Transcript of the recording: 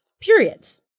periods